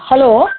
hello